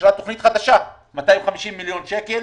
אישרה תוכנית חדשה 250 מיליון שקלים